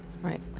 Right